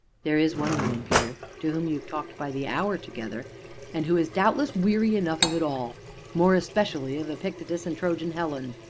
there is one woman, peter, to whom you have talked by the hour together and who is doubtless weary enough of it all more especially of epictetus and trojan helen.